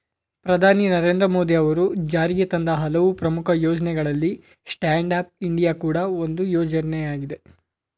ಪ್ರಧಾನಿ ನರೇಂದ್ರ ಮೋದಿ ಅವರು ಜಾರಿಗೆತಂದ ಹಲವು ಪ್ರಮುಖ ಯೋಜ್ನಗಳಲ್ಲಿ ಸ್ಟ್ಯಾಂಡ್ ಅಪ್ ಇಂಡಿಯಾ ಕೂಡ ಒಂದು ಯೋಜ್ನಯಾಗಿದೆ